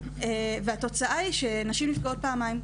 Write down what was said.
והתוצאה היא שנשים נפגעות פעמיים.